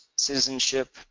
citizenship,